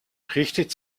richtet